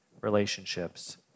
relationships